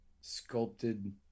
sculpted